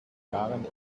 jahren